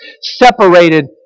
separated